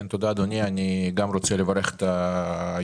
כן, תודה אדוני, אני גם רוצה לברך את היוזמים.